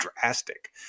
drastic